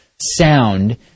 sound